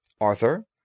Arthur